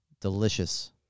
delicious